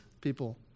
people